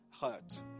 hurt